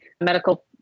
medical